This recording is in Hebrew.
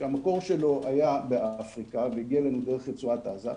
שהמקור שלו היה באפריקה והגיע אלינו דרך רצועת עזה.